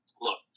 Look